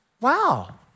Wow